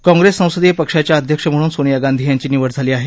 काँग्रेस संसदिय पक्षाच्या अध्यक्ष म्हणून सोनिया गांधी यांची निवड झाली आहे